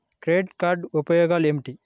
Credit card ఉపయోగాలు ఏమిటి?